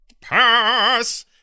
pass